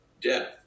death